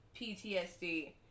PTSD